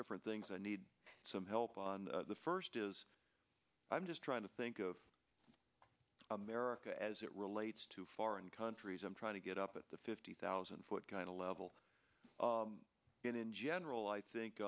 different things i need some help on the first is i'm just trying to think of america as it relates to foreign countries i'm trying to get up at the fifty thousand foot kind of level in general i think